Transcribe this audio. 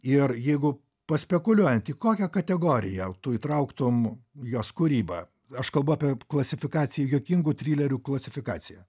ir jeigu paspekuliuojant į kokią kategoriją tu įtrauktum jos kūrybą aš kalbu apie klasifikaciją juokingų trilerių klasifikaciją